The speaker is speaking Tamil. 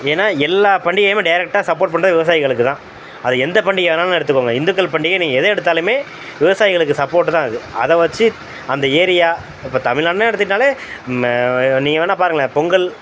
ஏன்னா எல்லா பண்டிகையுமே டேரெக்டாக சப்போர்ட் பண்ணுறது விவசாயிகளுக்கு தான் அது எந்த பண்டிகையை வேணாலும் எடுத்துக்கோங்க இந்துக்கள் பண்டிகை நீங்கள் எதை எடுத்தாலுமே விவசாயிகளுக்கு சப்போர்ட்டு தான் அது அதை வச்சு அந்த ஏரியா இப்போ தமிழ்நாடுன்னு எடுத்துக்கிட்டாலே ம நீங்கள் வேணா பாருங்களேன் பொங்கல்